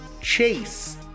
Chase